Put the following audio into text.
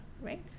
right